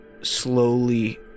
slowly